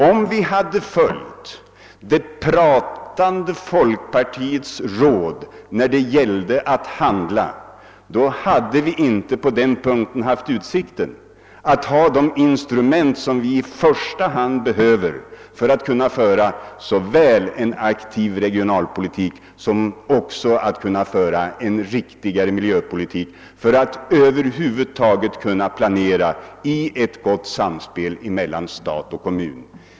Om vi hade följt det pratande folkpartiets råd när det gällde att handla hade vi inte nu haft de instrument som vi i första hand behöver för att kunna föra såväl en aktiv regionalpolitik som en riktigare miljöpolitik — för att över huvud taget planera i ett gott samspel mellan stat och kommun.